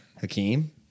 Hakeem